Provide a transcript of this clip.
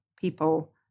people